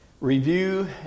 review